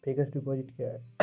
Fixed deposit क्या हैं?